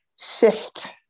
shift